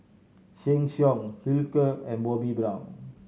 Sheng Siong Hilker and Bobbi Brown